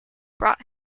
brought